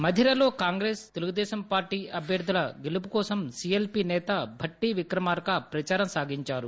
మధిరలో Congress TDP అభ్యర్థుల గెలుపుకోసం CLP నేత భట్టి విక్రమార్క ప్రదారం సాగించారు